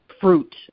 fruit